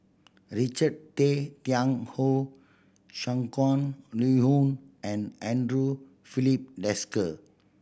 Richard Tay Tian Hoe Shangguan Liuyun and Andre Filipe Desker